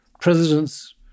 presidents